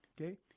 okay